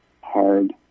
hard